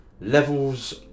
Levels